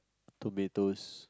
tomatoes